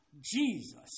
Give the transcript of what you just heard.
Jesus